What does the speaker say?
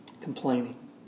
complaining